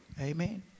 Amen